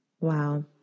Wow